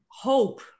hope